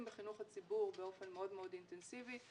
בחינוך הציבור באופן מאוד מאוד אינטנסיבי.